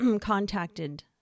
contacted